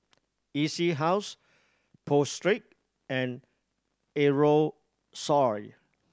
E C House Pho Street and Aerosole